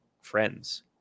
friends